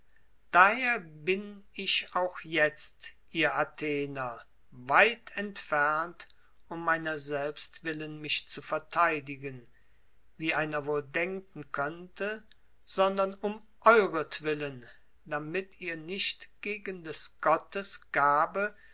daher bin ich auch jetzt ihr athener weit entfernt um meiner selbst willen mich zu verteidigen wie einer wohl denken könnte sondern um euretwillen damit ihr nicht gegen des gottes gabe